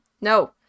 no